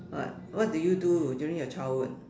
what what did you do during your childhood